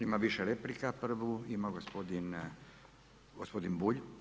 Ima više replika, prvu ima gospodin Bulj.